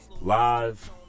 Live